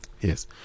Yes